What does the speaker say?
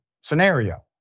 scenario